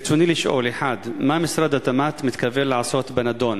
ברצוני לשאול: 1. מה משרד התמ"ת מתכוון לעשות בנדון?